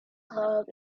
club